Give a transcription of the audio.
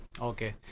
Okay